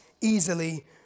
easily